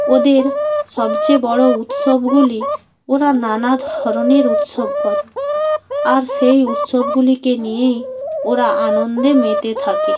ওদের সবচেয়ে বড়ো উৎসবগুলি ওরা নানা ধরনের উৎসব করে আর সেই উৎসবগুলিকে নিয়েই ওরা আনন্দে মেতে থাকে